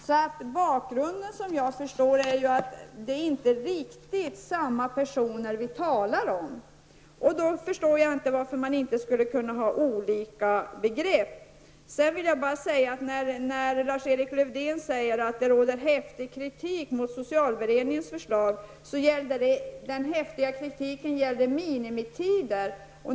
Såvitt jag förstår är det inte riktigt samma personer vi talar om, och då förstår jag inte varför man inte skulle kunna ha olika begrepp. Lars-Erik Lövdén säger att det riktats häftig kritik mot socialberedningens förslag. Den häftiga kritiken gällde minimitider.